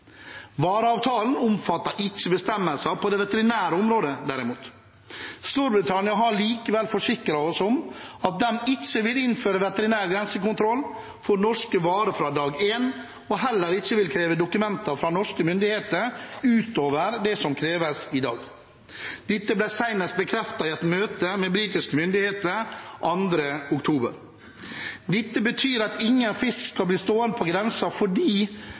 Vareavtalen omfatter ikke bestemmelser på det veterinære området, derimot. Storbritannia har likevel forsikret oss om at de ikke vil innføre veterinær grensekontroll for norske varer fra dag én og heller ikke kreve dokumenter fra norske myndigheter utover det som kreves i dag. Dette ble senest bekreftet i et møte med britiske myndigheter den 2. oktober. Dette betyr at ingen fisk skal bli stående på grensen fordi